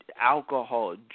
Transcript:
alcohol